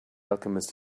alchemist